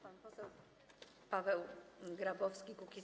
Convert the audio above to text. Pan poseł Paweł Grabowski, Kukiz’15.